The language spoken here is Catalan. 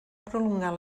prolongar